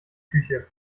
küche